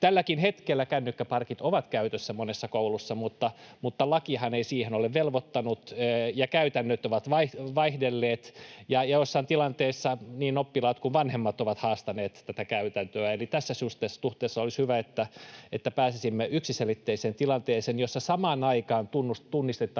Tälläkin hetkellä kännykkäparkit ovat käytössä monessa koulussa, mutta lakihan ei siihen ole velvoittanut. Käytännöt ovat vaihdelleet, ja joissain tilanteissa niin oppilaat kuin vanhemmat ovat haastaneet tätä käytäntöä. Eli tässä suhteessa olisi hyvä, että pääsisimme yksiselitteiseen tilanteeseen, jossa samaan aikaan tunnistetaan